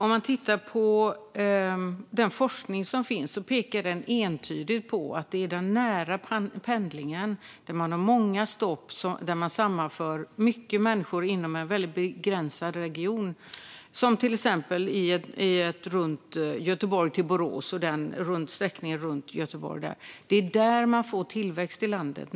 Herr talman! Den forskning som finns pekar entydigt på att det är den nära pendlingen, där man har många stopp och sammanför mycket människor inom en begränsad region - till exempel Göteborg-Borås och sträckningen runt Göteborg - som gör att man får tillväxt i landet.